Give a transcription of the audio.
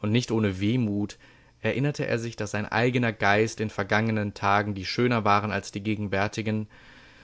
und nicht ohne wehmut erinnerte er sich daß sein eigener geist in vergangenen tagen die schöner waren als die gegenwärtigen